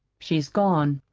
she's gone.